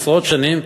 עשרות שנים,